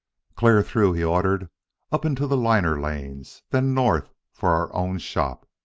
clear through, he ordered up into the liner lanes then north for our own shop.